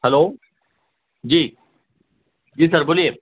hello جی جی sir بولیے